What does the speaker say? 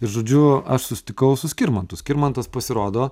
ir žodžiu aš susitikau su skirmantu skirmantas pasirodo